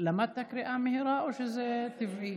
קריאה מהירה או שזה טבעי?